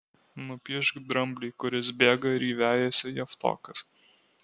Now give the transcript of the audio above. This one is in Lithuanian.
nupiešk dramblį kuris bėga ir jį vejasi javtokas